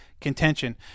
contention